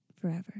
forever